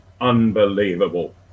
unbelievable